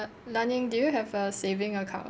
la ning do you have a saving account